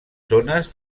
zones